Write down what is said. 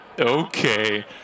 Okay